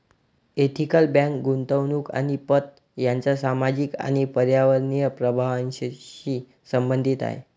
ethical bank गुंतवणूक आणि पत यांच्या सामाजिक आणि पर्यावरणीय प्रभावांशी संबंधित आहे